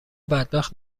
بدبخت